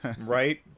Right